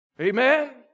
Amen